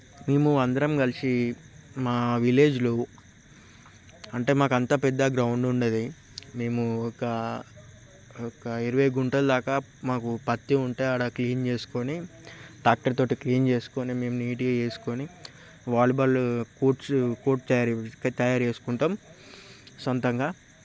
మేము అందరం కలిసి మా విలేజ్లో అంటే మాకు అంత పెద్ద గ్రౌండ్ ఉండదు మేము ఒక ఒక ఇరవై గుంటలు దాకా మాకు పత్తి ఉంటే అక్కడ క్లీన్ చేసుకొని ట్రాక్టర్తో క్లీన్ చేసుకొని మేము నీట్గా చేసుకొని వాలీబాల్ కోర్ట్ కోర్ట్ తయారీ తయారు చేసుకుంటాము సొంతంగా